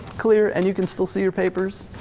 clear and you can still see your papers?